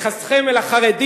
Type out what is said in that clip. חבר הכנסת חסון,